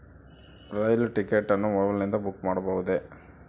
ರೈಲು ticket ಅನ್ನು ಮೊಬೈಲಿಂದ book ಮಾಡಬಹುದೆ?